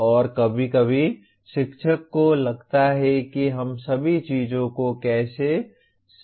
और कभी कभी शिक्षक को लगता है कि हम सभी चीजों को कैसे समझ सकते हैं